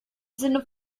sinne